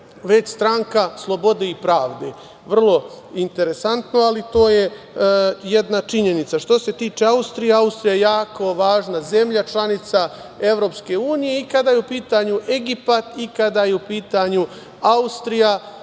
već stranka Slobode i pravde. Vrlo interesantno, ali to je jedna činjenica. Što se tiče Austrije, Austrija je jako važna zemlja, članica EU i kada je u pitanju Egipat i kada je u pitanju Austrija,